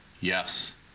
Yes